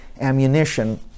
ammunition